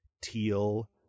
teal